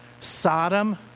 Sodom